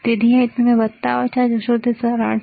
તેથી અહીં તમે વત્તા ઓછા જોશો તે સરળ છે